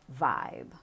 vibe